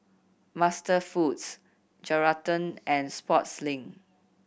MasterFoods Geraldton and Sportslink